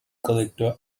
collector